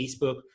Facebook